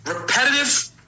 repetitive